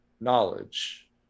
knowledge